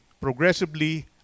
Progressively